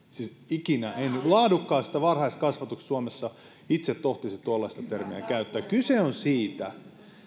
ikinä en laadukkaasta varhaiskasvatuksesta suomessa itse tohtisi tuollaista termiä käyttää kyse on siitä